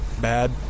bad